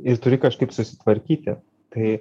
ir turi kažkaip susitvarkyti tai